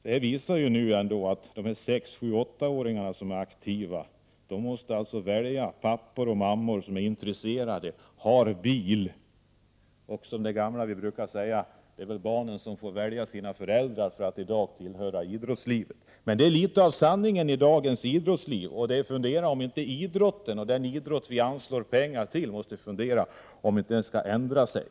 Det visar att sex-, sju-, åtta-åringar som är aktiva inom någon idrott måste välja pappor och mammor som är intresserade och har bil. Det är väl så som de gamla brukade säga att barnen får välja sina föräldrar, om de vill tillhöra idrottslivet. Men det är litet av sanningen i dagens idrottsliv. Den idrott vi anslår pengar till bör fundera över om den inte skall ändra sig.